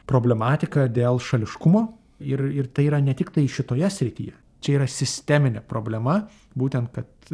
problematika dėl šališkumo ir ir tai yra ne tiktai šitoje srityje čia yra sisteminė problema būtent kad